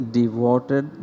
devoted